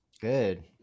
Good